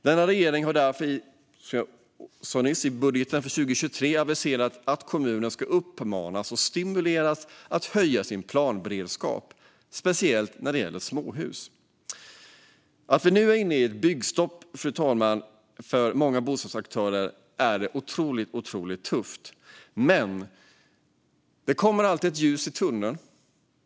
Denna regering har därför i sin budget för 2023 aviserat att kommunerna ska uppmanas och stimuleras till att höja sin planberedskap, särskilt när det gäller småhus. Att vi nu är inne i ett byggstopp för många bostadsaktörer är otroligt tufft, men det kommer alltid ett ljus i tunneln.